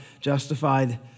justified